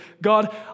God